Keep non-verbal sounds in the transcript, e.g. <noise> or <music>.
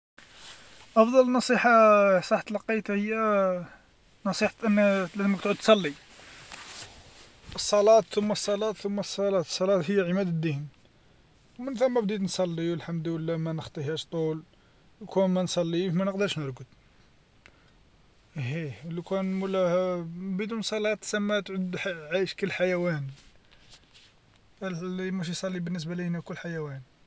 أفضل نصيحه <hesitation> صح تلقيتها هي <hesitation> نصيحة أن لازمك تعود تصلي، الصلاة ثم الصلاة ثم الصلاة، الصلاة هي عماد الدين، ومن ثم بديت نصلي والحمد لله ما نخطيهاش طول، وكان ما نصليش ما نقدرش نرقد، إهيه لوكان مولاه <hesitation> بدون صلاة سما تعود ح- عايش كي حيوان، <unintelligible> اللي ماشي يصلي بالنسبة لي انا كي الحيوان.